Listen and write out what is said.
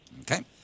Okay